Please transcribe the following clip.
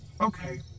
Okay